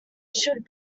should